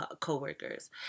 coworkers